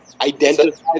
identify